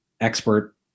expert